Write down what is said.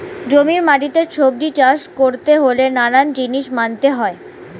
জমির মাটিতে সবজি চাষ করতে হলে নানান জিনিস মানতে হয়